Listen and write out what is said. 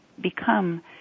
become